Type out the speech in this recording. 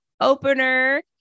opener